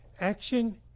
Action